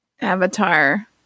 Avatar